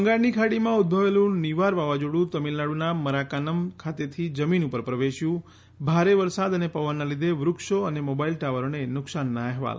બંગાળની ખાડીમાં ઉદભવેલું નીવાર વાવાઝોડું તમિલનાડુના મરાકન્નમ ખાતેથી જમીન ઉપર પ્રવેશ્યું ભારે વરસાદ અને પવનના લીધે વૃક્ષો અને મોબાઇલ ટાવરોને નુકસાનના અહેવાલ